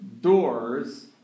doors